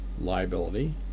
liability